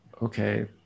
Okay